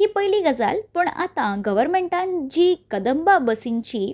ही पयलीं गजाल पूण आतां गोवोरमेंटान जी कदंबा बसींची